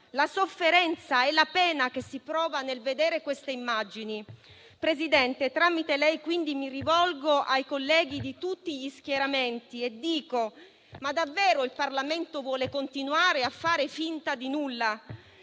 la sofferenza e la pena che si prova nel vedere queste immagini. Signor Presidente, tramite lei mi rivolgo ai colleghi di tutti gli schieramenti e dico: ma davvero il Parlamento vuole continuare a far finta di nulla?